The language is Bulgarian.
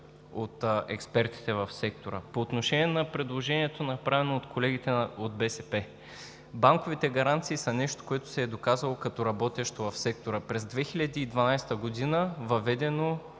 от експертите в сектора. По отношение на предложението, направено от колегите от „БСП за България“. Банковите гаранции са нещо, което се е доказало като работещо в сектора. През 2012 г. е въведено